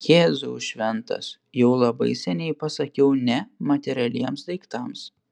jėzau šventas jau labai seniai pasakiau ne materialiems daiktams